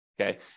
okay